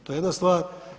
To je jedna stvar.